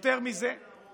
יש את כנסיית הקבר,